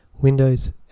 Windows